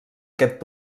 aquest